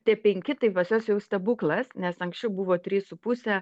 tie penki tai pas juos jau stebuklas nes anksčiau buvo trys su puse